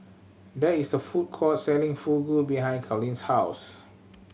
there is a food court selling Fugu behind Carlyn's house